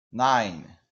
nine